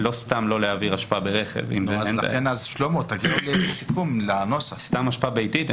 אבל לא מדובר על להעביר סתם אשפה ביתית ברכב.